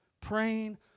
praying